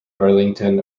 burlington